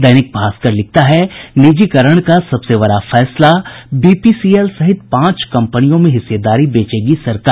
दैनिक भास्कर लिखता है निजीकरण का सबसे बड़ा फैसला बीपीसीएल सहित पांच कंपनियों में हिस्सेदारी बेचेगी सरकार